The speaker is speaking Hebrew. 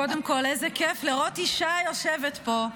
קודם כול, איזה כיף לראות אישה יושבת פה.